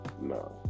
No